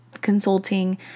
consulting